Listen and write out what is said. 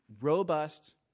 robust